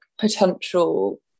potential